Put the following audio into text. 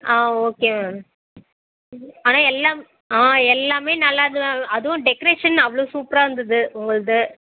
ஆ okay ma'am ஆனால் எல்லாம் ஆ எல்லாமே நல்லாயிருந்துது மேம் அதுவும் டெக்ரேஷன் அவ்வளோ சூப்பராக இருந்தது உங்கள்து